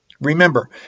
Remember